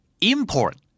import